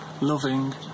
loving